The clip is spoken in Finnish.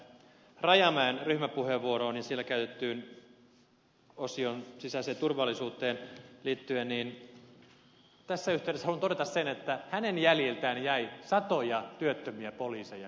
rajamäen ryhmäpuheenvuoroon ja siellä osioon sisäiseen turvallisuuteen liittyen niin tässä yh teydessä haluan todeta sen että hänen jäljiltään jäi satoja työttömiä poliiseja kun hän oli ministerinä